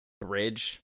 bridge